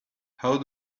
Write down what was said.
how